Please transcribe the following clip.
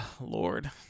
Lord